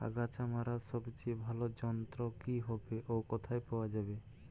আগাছা মারার সবচেয়ে ভালো যন্ত্র কি হবে ও কোথায় পাওয়া যাবে?